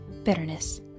Bitterness